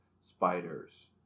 spiders